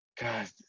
God